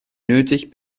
nötig